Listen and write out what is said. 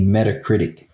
Metacritic